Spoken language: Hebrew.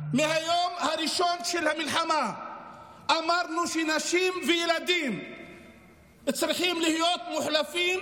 מהיום הראשון של המלחמה אמרנו שנשים וילדים צריכים להיות מוחלפים